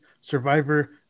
Survivor